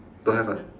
don't have ah